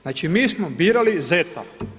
Znači mi smo birali zeta.